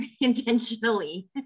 intentionally